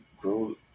grow